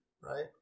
right